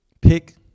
Pick